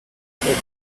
excuse